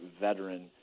veteran